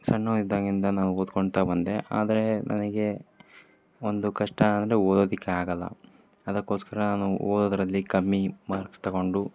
ಸಣ್ಣವಿದ್ದಾಗಿಂದ ನಾವು ಓದ್ಕೊತ ಬಂದೆ ಆದರೆ ನನಗೆ ಒಂದು ಕಷ್ಟ ಅಂದರೆ ಓದೋದಕ್ಕೆ ಆಗೋಲ್ಲ ಅದಕ್ಕೋಸ್ಕರಾ ಓದೋದರಲ್ಲಿ ಕಮ್ಮಿ ಮಾರ್ಕ್ಸ್ ತಗೊಂಡು